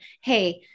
Hey